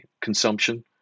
consumption